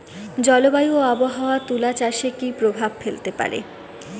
জলবায়ু ও আবহাওয়া তুলা চাষে কি প্রভাব ফেলতে পারে?